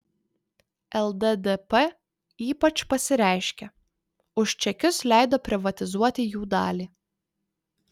lddp ypač pasireiškė už čekius leido privatizuoti jų dalį